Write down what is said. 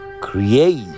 create